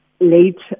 late